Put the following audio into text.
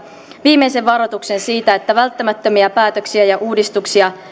viimeisen varoituksen siitä että välttämättömiä päätöksiä ja uudistuksia